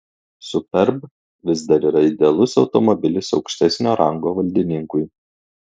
superb vis dar yra idealus automobilis aukštesnio rango valdininkui